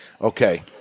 Okay